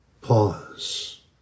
Pause